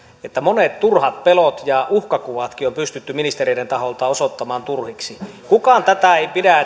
että monet turhat pelot ja uhkakuvatkin on pystytty ministereiden taholta osoittamaan turhiksi kukaan ei pidä